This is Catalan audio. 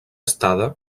estada